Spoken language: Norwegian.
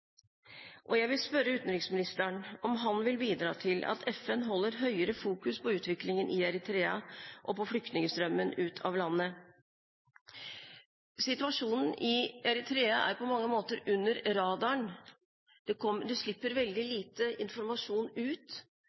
Jeg vil spørre utenriksministeren om han vil bidra til at FN holder høyere fokus på utviklingen i Eritrea og på flyktningstrømmen ut av landet. Situasjonen i Eritrea går på mange måter under radaren. Det slipper veldig lite informasjon ut,